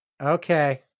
okay